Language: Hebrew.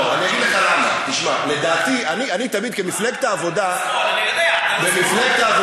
לא, אגיד לך למה, אני ודאי שמאל.